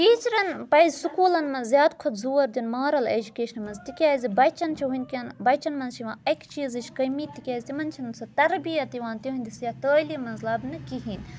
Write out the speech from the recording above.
ٹیٖچرَن پَزِ سکوٗلَن منٛز زیادٕ کھۄتہٕ زور دِیُن مارَل ایٚجوٗکیشنہٕ منٛز تِکیٛازِ بَچَن چھُ وُنکٮ۪ن بَچَن مَنٛز چھِ یِوان اَکہِ چیٖزٕچ کٔمی تِکیٛازِ تِمَن چھِ نہٕ سۅ تَربیت یِوان تِہٕنٛدِس یَتھ تٲلیٖم منٛز لَبنہٕ کِہیٖنٛۍ